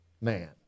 man